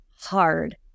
hard